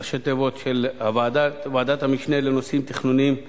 ראשי תיבות של ועדת המשנה לנושאים תכנוניים עקרוניים,